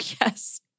yes